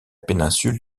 péninsule